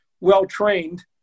well-trained